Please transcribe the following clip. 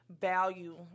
value